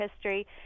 history